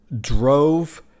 drove